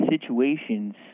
situations